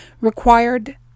required